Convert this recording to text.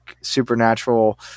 supernatural